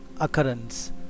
occurrence